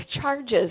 charges